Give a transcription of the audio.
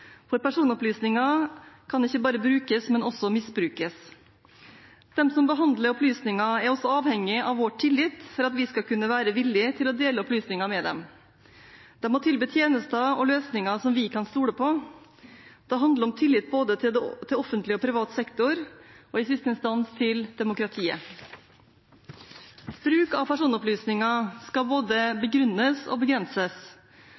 Personopplysninger kan ikke bare brukes, men også misbrukes. De som behandler opplysninger, er også avhengig av vår tillit for at vi skal være villig til å dele opplysninger med dem. De må tilby tjenester og løsninger som vi kan stole på. Det handler om tillit både til offentlig og privat sektor og i siste instans til demokratiet. Bruk av personopplysninger skal både begrunnes og begrenses,